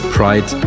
Pride